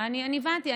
אני הבנתי.